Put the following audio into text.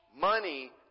money